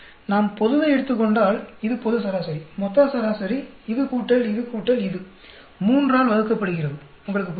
நாம் பொதுவை எடுத்துக் கொண்டால் இது பொது சராசரி மொத்த சராசரி இது கூட்டல் இது கூட்டல் இது 3 ஆல் வகுக்கப்படுகிறது உங்களுக்கு புரிகிறதா